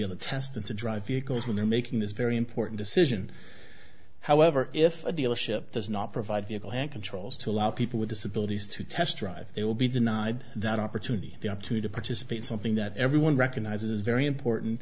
to drive vehicles when they're making this very important decision however if a dealership does not provide vehicle and controls to allow people with disabilities to test drive it will be denied that opportunity the up to to participate something that everyone recognizes very important